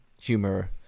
humor